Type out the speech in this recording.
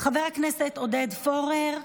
חבר הכנסת עודד פורר,